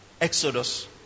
Exodus